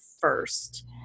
first